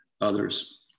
others